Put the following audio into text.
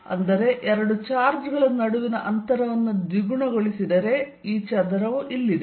ಅಂದರೆ ಎರಡು ಚಾರ್ಜ್ ಗಳ ನಡುವಿನ ಅಂತರವನ್ನು ದ್ವಿಗುಣಗೊಳಿಸಿದರೆ ಈ ಚದರವು ಇಲ್ಲಿದೆ